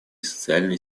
социальной